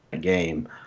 game